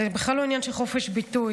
זה בכלל לא עניין של חופש ביטוי.